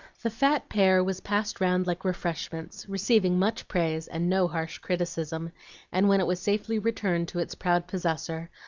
the fat pear was passed round like refreshments, receiving much praise and no harsh criticism and when it was safely returned to its proud possessor,